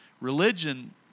religion